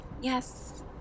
Yes